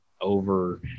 over